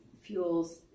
fuels